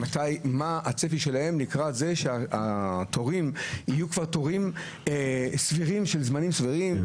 ומה הצפי שלהם לקראת זה שהתורים יהיו תורים סבירים של זמנים סבירים,